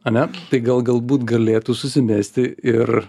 ane tai gal galbūt galėtų susimesti ir